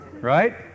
Right